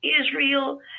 Israel